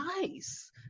nice